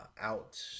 out